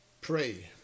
pray